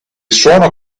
suono